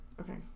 okay